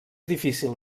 difícil